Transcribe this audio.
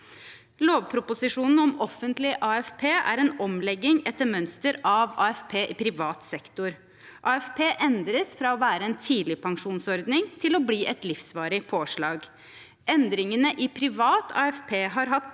Lovproposisjonen om offentlig AFP er en omlegging etter mønster av AFP i privat sektor. AFP endres fra å være en tidligpensjonsordning til å bli et livsvarig påslag. Endringene i privat AFP har hatt